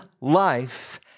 life